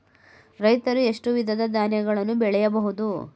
ರೈತರು ಎಷ್ಟು ವಿಧದ ಧಾನ್ಯಗಳನ್ನು ಬೆಳೆಯಬಹುದು?